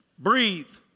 breathe